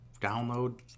download